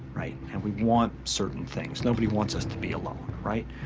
right? and we want certain things. nobody wants us to be alone, right?